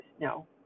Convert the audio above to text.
No